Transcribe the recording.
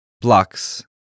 blocks